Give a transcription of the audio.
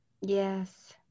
Yes